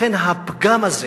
לכן, הפגם הזה